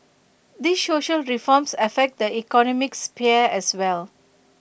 these social reforms affect the economic sphere as well